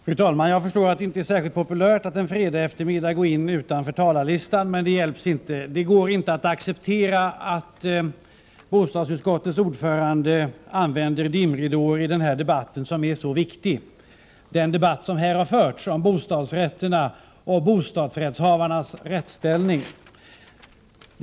Fru talman! Jag förstår att det inte är särskilt populärt att man en fredagseftermiddag går in i debatten utanför talarlistan. Men det hjälps inte. Det går inte att acceptera att bostadsutskottets ordförande lägger dimridåer i den här debatten som är så viktig — debatten om bostadsrätterna och bostadsrättshavarnas rättsställning.